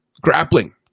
Grappling